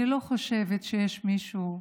אני לא חושבת שיש מישהו,